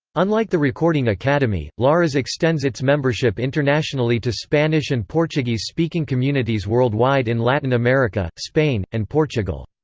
unlike the recording academy, laras extends its membership internationally to spanish and portuguese-speaking communities worldwide in latin america, spain, and portugal.